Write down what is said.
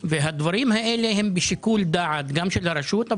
והדברים האלה הם בשיקול דעת גם של הרשות,